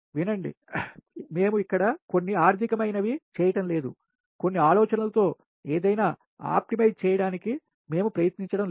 వినండి మేము ఇక్కడ కొన్ని ఆర్ధిక మైనవి చేయడం లేదు కొన్ని ఆలోచనలతో ఏదైనా ఆప్టిమైజ్ చేయడానికి మేము ప్రయత్నించడం లేదు